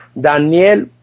Daniel